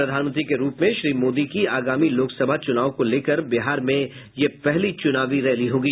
प्रधानमंत्री के रूप में श्री मोदी की आगामी लोकसभा चूनाव को लेकर बिहार में यह पहली चुनावी रैली होगी